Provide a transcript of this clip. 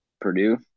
Purdue